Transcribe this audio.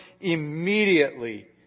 immediately